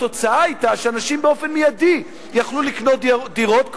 והתוצאה היתה שאנשים היו יכולים באופן מיידי לקנות דירות,